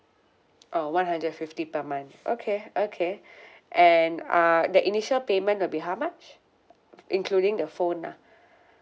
oh one hundred fifty per month okay okay and uh the initial payment will be how much including the phone nah